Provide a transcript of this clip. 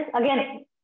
again